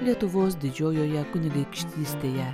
lietuvos didžiojoje kunigaikštystėje